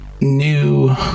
new